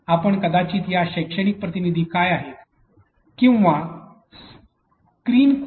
आपण कदाचित या शैक्षणिक प्रतिनिधी काय आहेत किंवा स्क्रीन कोच काय आहेत याचा विचार करत असाल